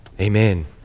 Amen